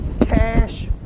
cash